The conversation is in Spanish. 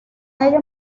ello